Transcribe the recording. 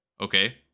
okay